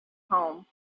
home